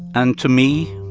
and to me,